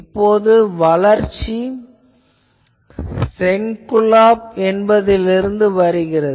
இப்போது வளர்ச்சி ஷெல்குனாஃப் என்பதிலிருந்து வருகிறது